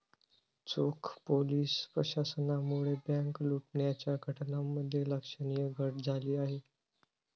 चोख पोलीस प्रशासनामुळे बँक लुटण्याच्या घटनांमध्ये लक्षणीय घट झाली आहे